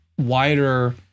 wider